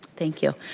thank you.